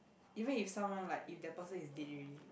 even if someone like that person is dead already